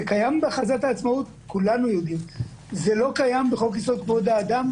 זה קיים בהכרזת העצמאות ולא קיים בחוק יסוד כבוד האדם.